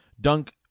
dunk